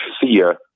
fear